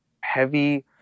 heavy